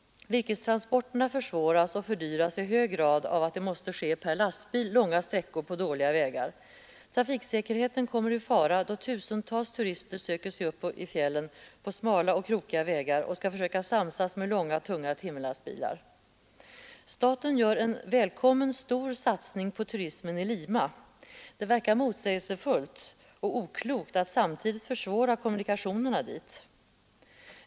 Virkestransporterna försvåras och fördyras i hög grad av att de måste ske per lastbil långa sträckor på dåliga vägar. Trafiksäkerheten kommer i fara, då tusentals bilister söker sig upp i fjällen på smala och krokiga vägar och skall försöka samsas med långa, tunga timmerlastbilar. Staten gör en välkommen stor satsning på turismen i Lima. Det verkar motsägelsefullt och oklokt att samtidigt försvåra kommunikationerna dit.